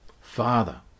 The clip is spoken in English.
Father